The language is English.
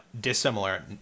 dissimilar